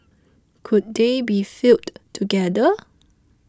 could they be fielded together